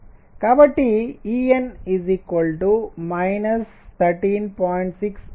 కాబట్టి En 13